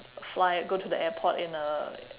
fly go to the airport in a